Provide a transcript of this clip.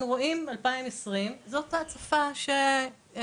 אנחנו רואים שבשנת 2020 זאת ההצפה שהייתה